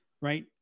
Right